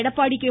Edappadi K